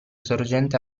sorgente